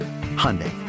Hyundai